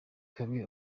twebwe